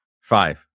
Five